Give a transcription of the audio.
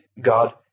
God